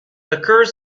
occurs